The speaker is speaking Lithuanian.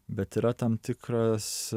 bet yra tam tikras